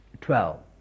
twelve